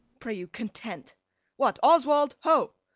pray you, content what, oswald, ho!